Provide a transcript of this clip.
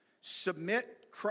submit